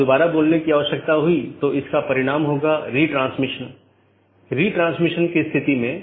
दूसरे अर्थ में जब मैं BGP डिवाइस को कॉन्फ़िगर कर रहा हूं मैं उस पॉलिसी को BGP में एम्बेड कर रहा हूं